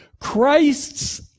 Christ's